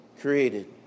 created